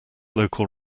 local